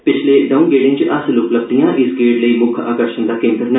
पिछले दो गेड़ च हासल उपलब्धियां इस गेड़ लेई मुक्ख आकर्षण दा केन्द्र न